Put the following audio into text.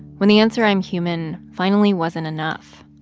when the answer i'm human finally wasn't enough.